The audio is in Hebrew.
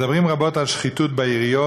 מדברים רבות על שחיתות בעיריות,